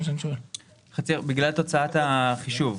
בגלל תוצאת החישוב.